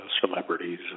celebrities